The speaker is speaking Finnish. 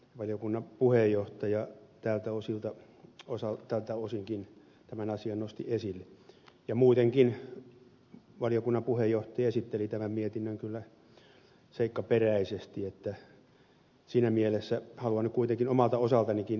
valiokunnan puheenjohtaja tältä osinkin tämän asian nosti esille ja muutenkin valiokunnan puheenjohtaja esitteli tämän mietinnön kyllä seikkaperäisesti niin että siinä mielessä haluan kuitenkin omalta osaltanikin joihinkin asioihin puuttua